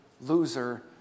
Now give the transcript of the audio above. loser